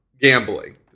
Gambling